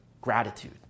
Gratitude